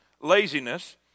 laziness